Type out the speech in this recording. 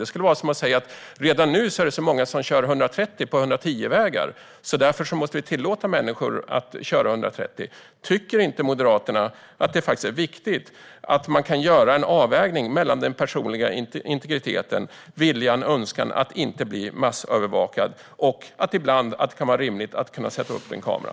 Det skulle vara som att säga att det redan nu är så många som kör 130 på 110-vägar, så därför måste vi tillåta människor att köra 130. Tycker inte Moderaterna att det är viktigt att man kan göra en avvägning mellan den personliga integriteten - viljan och önskan att inte bli massövervakad - och det rimliga i att ibland kunna sätta upp en kamera?